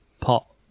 pot